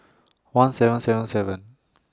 one seven seven seven